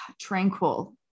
tranquil